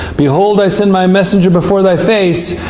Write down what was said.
behold, i send my messenger before thy face,